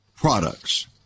products